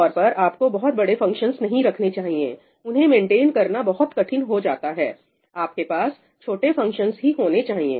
आमतौर पर आपको बहुत बड़े फंक्शंस नहीं रखने चाहिए उन्हें मेंटेन करना बहुत कठिन हो जाता है आपके पास छोटे फंक्शन ही होने चाहिए